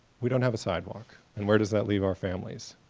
we don't have a sidewalk and where does that leave our families.